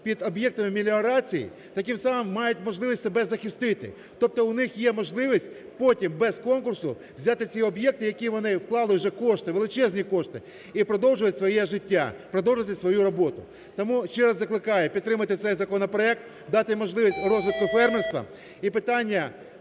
під об'єктами меліорації, то тим самим мають можливість себе захистити, тобто у них є можливість потім без конкурсу взяти ці об'єкти, в які вони вклали вже кошти, величезні кошти, і продовжувати своє життя, продовжувати свою роботу. Тому ще раз закликаю підтримати цей законопроект дати можливість розвитку фермерства